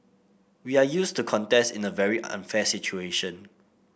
we are used to contest in a very unfair situation